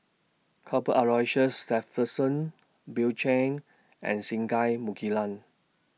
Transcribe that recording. Cuthbert Aloysius Shepherdson Bill Chen and Singai Mukilan